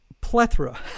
plethora